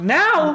now